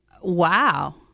Wow